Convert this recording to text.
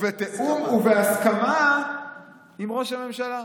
בתיאום ובהסכמה עם ראש הממשלה.